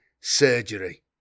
surgery